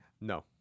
no